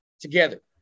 together